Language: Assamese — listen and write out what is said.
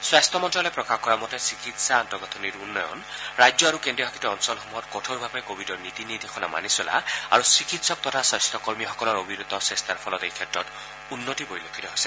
স্বাস্থ্য মন্ত্ৰালয়ে প্ৰকাশ কৰা মতে চিকিৎসাৰ আন্তঃগাঁথনি উন্নীতকৰণ ৰাজ্য আৰু কেন্দ্ৰীয় শাসিত অঞ্চলসমূহত কঠোৰভাৱে কভিডৰ নীতি নিৰ্দেশনা মানি চলা আৰু চিকিৎসক তথা স্বাস্থ্যকৰ্মীসকলৰ অবিৰত চেষ্টাৰ ফলত এইক্ষেত্ৰত উন্নতি পৰিলক্ষিত হৈছে